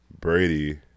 Brady